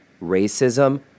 racism